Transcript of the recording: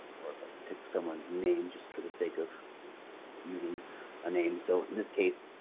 or let's pick someone's name just for the sake of using a name. so in this case,